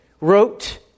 wrote